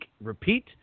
Repeat